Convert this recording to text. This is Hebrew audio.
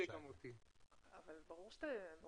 בעניין החוק.